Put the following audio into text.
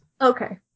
Okay